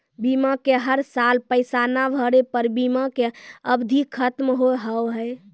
बीमा के हर साल पैसा ना भरे पर बीमा के अवधि खत्म हो हाव हाय?